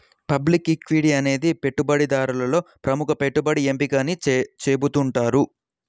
public equity అనేది పెట్టుబడిదారులలో ప్రముఖ పెట్టుబడి ఎంపిక అని చెబుతున్నారు